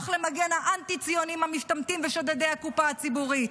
למגן האנטי-ציונים המשתמטים ושודדי הקופה הציבורית,